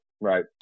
Right